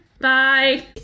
bye